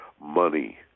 money